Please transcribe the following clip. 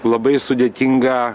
labai sudėtingą